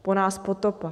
Po nás potopa...